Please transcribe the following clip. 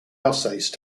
alsace